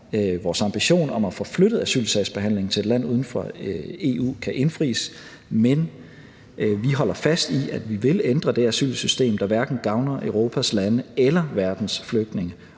vores ambition om at få flyttet asylsagsbehandlingen til et land uden for EU kan indfries. Men vi holder fast i, at vi vil ændre det asylsystem, der hverken gavner Europas lande eller verdens flygtninge,